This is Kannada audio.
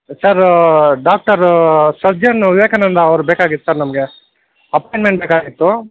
ಸರ್ ಡಾಕ್ಟರ್ ಸರ್ಜನ್ ವಿವೇಕಾನಂದ ಅವರು ಬೇಕಾಗಿತ್ತು ಸರ್ ನಮಗೆ ಅಪಾಯಿಂಟ್ಮೆಂಟ್ ಬೇಕಾಗಿತ್ತು